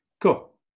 Cool